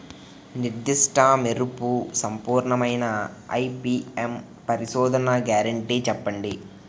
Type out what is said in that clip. నిర్దిష్ట మెరుపు సంపూర్ణమైన ఐ.పీ.ఎం పరిశోధన గ్యారంటీ చెప్పండి?